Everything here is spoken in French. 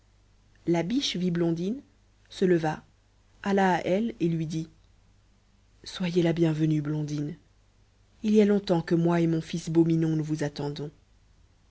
la biche vit blondine se leva alla à elle et lui dit soyez la bienvenue blondine il y a longtemps que moi et mon fils beau minon nous vous attendons